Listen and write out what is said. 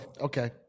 okay